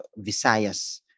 Visayas